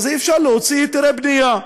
אי-אפשר להוציא היתרי בנייה.